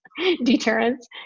deterrence